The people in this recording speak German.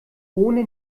ohne